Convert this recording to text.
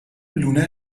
لونه